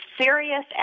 serious